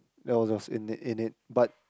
there was was in in it but